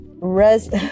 res